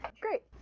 Great